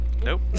Nope